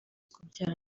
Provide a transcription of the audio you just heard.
kubyara